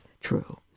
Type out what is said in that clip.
true